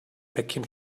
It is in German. päckchen